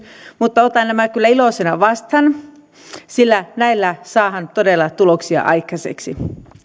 mutta otan nämä kyllä iloisena vastaan sillä näillä saadaan todella tuloksia aikaiseksi